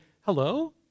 hello